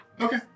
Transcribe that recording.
Okay